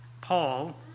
Paul